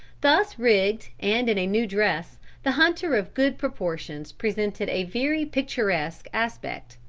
thus rigged and in a new dress the hunter of good proportions presented a very picturesque aspect.